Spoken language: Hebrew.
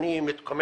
תני לי להמשיך.